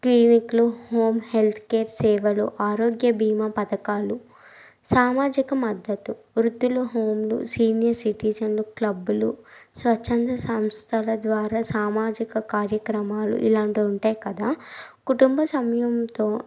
క్లినిక్లు home healthcare సేవలు ఆరోగ్య బీమా పథకాలు సామాజిక మద్దతు వృద్ధుల హోమ్లు సీనియర్ సిటిజన్లు క్లబ్బులు స్వచ్ఛంద సంస్థల ద్వారా సామాజిక కార్యక్రమాలు ఇలాంటివి ఉంటాయి కదా కుటుంబ సమయంతో